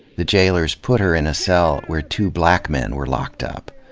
the jailers put her in a cell where two black men were locked up.